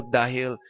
dahil